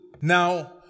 Now